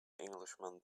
englishman